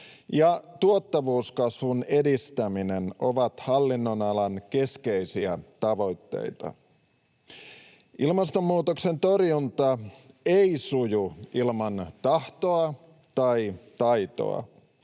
tuottavuuskasvun edistäminen ovat hallinnonalan keskeisiä tavoitteita. Ilmastonmuutoksen torjunta ei suju ilman tahtoa tai taitoa.